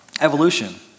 Evolution